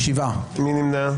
מי נמנע?